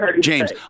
James